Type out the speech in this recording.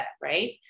right